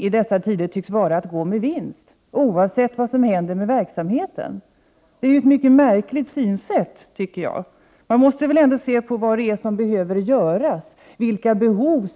i dessa tider tycks vara att det hela skall gå med vinst, oavsett vad som händer med verksamheten. Jag tycker att detta är ett mycket märkligt synsätt, eftersom man ändå måste se på vad som behöver göras med tanke på behoven.